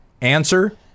Answer